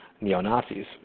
neo-Nazis